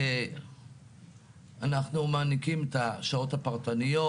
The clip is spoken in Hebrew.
אנחנו מעניקים את השעות הפרטניות,